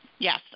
Yes